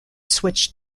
switched